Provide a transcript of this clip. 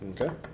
Okay